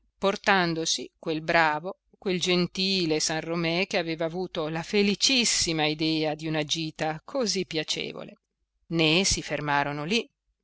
portandosi quel bravo quel gentile san romé che aveva avuto la felicissima idea di una gita così piacevole né si fermarono lì